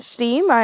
Steam